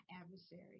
adversary